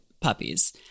puppies